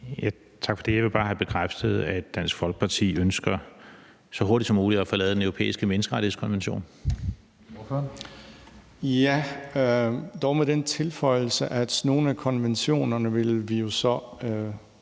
Tak for det. Jeg vil bare have bekræftet, at Dansk Folkeparti ønsker – så hurtigt som muligt – at forlade den europæiske menneskerettighedskonvention. Kl. 20:14 Tredje næstformand (Karsten Hønge): Ordføreren.